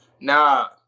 nah